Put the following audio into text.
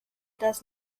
das